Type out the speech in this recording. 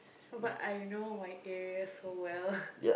but I know my area so well